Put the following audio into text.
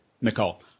Nicole